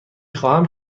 خواهم